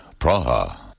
Praha